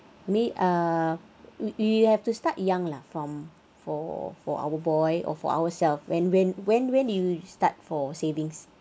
me uh you you have to start young lah from for for our boy or for ourselves when when when when do you start for savings